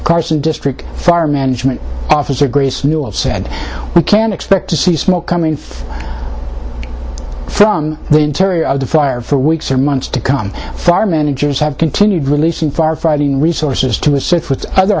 carson district fire management officer grace knew of said we can expect to see smoke coming from the interior of the fire for weeks or months to come fire managers have continued releasing firefighting resources to